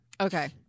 Okay